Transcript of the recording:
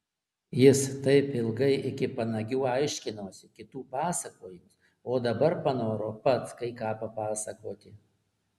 jis taip ilgai iki panagių aiškinosi kitų pasakojimus o dabar panoro pats kai ką papasakoti